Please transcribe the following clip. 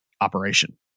operation